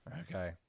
Okay